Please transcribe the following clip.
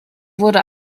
wurde